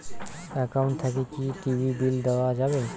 Account থাকি কি TV bill দেওয়া যাবে?